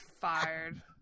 fired